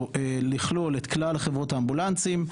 לכלול את כלל חברות האמבולנסים,